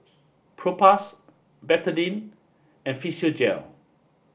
Propass Betadine and Physiogel